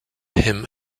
him